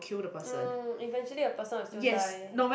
um eventually a person will still die